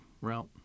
route